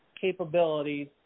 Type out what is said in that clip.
capabilities